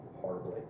horribly